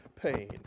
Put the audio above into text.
pain